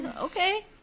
okay